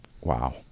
Wow